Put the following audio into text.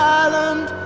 island